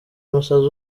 umusazi